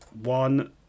one